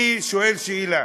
אני שואל שאלה,